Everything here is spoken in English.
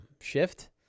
Shift